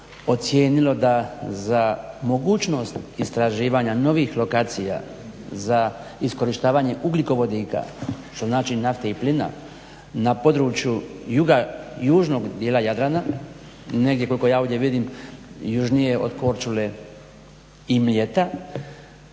ocijenilo da za mogućnost istraživanja novih lokacija za iskorištavanje ugljikovodika što znači nafte i plina na području južnog dijela Jadrana, negdje koliko ja ovdje vidim južnije od Korčule i Mljeta